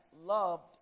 loved